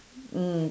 mm